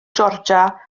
georgia